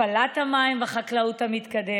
התפלת המים והחקלאות המתקדמת.